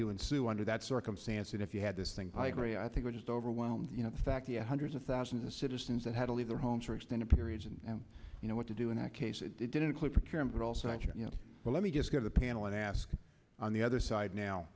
to ensue under that circumstance and if you had this thing i agree i think we're just overwhelmed you know the fact of the hundreds of thousands of citizens that had to leave their homes for extended periods and you know what to do in that case it didn't click for karen but also i'm sure you know well let me just give the panel and ask on the other side now